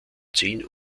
zehn